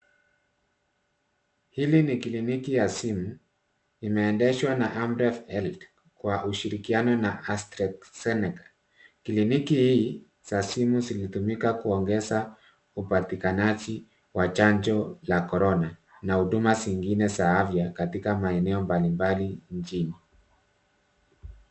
Hili ni klimiki ya simu imeendeshwa na Amref Health kwa ushirikiano na AstraZeneca. Kliniki hii za simu zilitumika kuongeza upatikanaji wa chanjo la korona na huduma zingine za afya katika maeneo mbalimbali nchini.